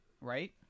right